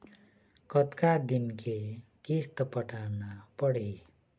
कतका दिन के किस्त पटाना पड़ही?